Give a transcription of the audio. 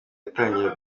atangira